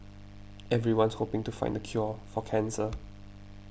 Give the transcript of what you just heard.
everyone's hoping to find the cure for cancer